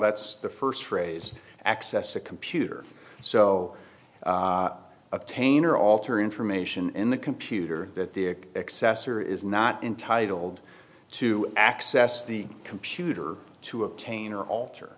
that's the st phrase access a computer so obtain or alter information in the computer that the excess or is not entitled to access the computer to obtain or alter